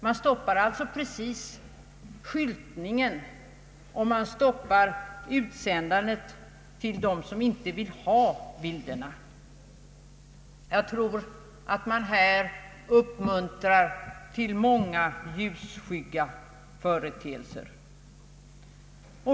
Vad man stoppar är skyltningen och utsändandet till dem som inte vill ha bilderna. Jag tror att man här uppmuntrar till många ljusskygga företeelser.